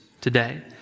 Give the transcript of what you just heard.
today